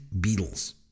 Beatles